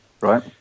right